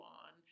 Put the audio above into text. on